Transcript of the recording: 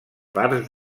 parts